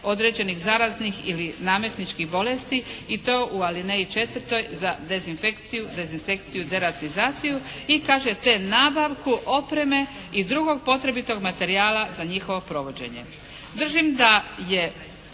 određenih zaraznih ili nametničkih bolesti i to u alineji četvrtoj za dezinfekciju, dezinsekciju, deratizaciju. I kaže te nabavku opreme i drugog potrebitog materijala za njihovo provođenje. Držim da je